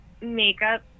makeup